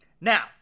Now